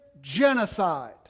genocide